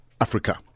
Africa